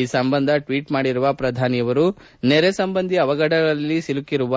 ಈ ಸಂಬಂಧ ಟ್ವೀಟ್ ಮಾಡಿರುವ ಪ್ರಧಾನಿಯವರು ನೆರೆ ಸಂಬಂಧಿ ಅವಘಡಗಳಲ್ಲಿ ಸಿಲುಕಿರುವ